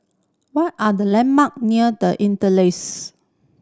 what are the landmark near The Interlace